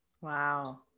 Wow